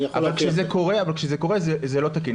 אבל כשזה קורה זה לא תקין.